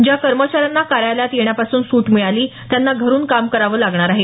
ज्या कर्मचाऱ्यांना कार्यालयात येण्यापासून सूट मिळाली त्यांना घरुन काम करावं लागणार आहे